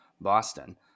boston